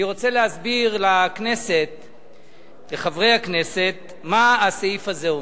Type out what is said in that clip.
אני רוצה להסביר לחברי הכנסת מה הסעיף הזה אומר.